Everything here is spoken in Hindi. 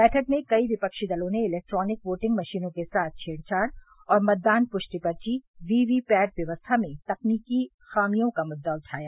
बैठक में कई विपक्षी दलों ने इलेक्ट्रोनिक वोटिंग मशीनों के साथ छेड़छाड़ और मतदान पृष्टि पर्वी वीवीपैट व्यवस्था में तकनीकी खामियों का मुद्दा उठाया